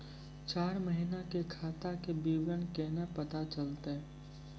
चार महिना के खाता के विवरण केना पता चलतै?